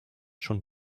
schon